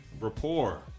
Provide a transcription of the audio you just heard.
rapport